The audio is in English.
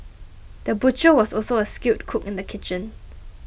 the butcher was also a skilled cook in the kitchen